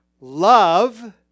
Love